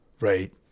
Right